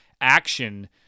action